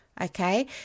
okay